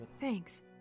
Thanks